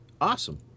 Awesome